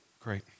Great